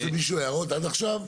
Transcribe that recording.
יש למישהו הערות עד עכשיו?